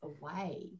away